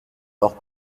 leurs